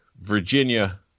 Virginia